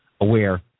aware